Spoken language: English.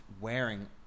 wearing